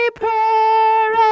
prayer